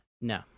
No